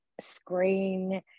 screen